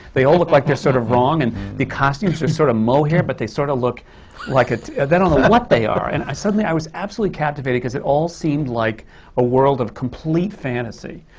they all look like they're sort of wrong and the costumes are sort of mohair, but they sort of look like a they don't know what they are. and suddenly i was absolutely captivated, cuz it all seemed like a world of complete fantasy.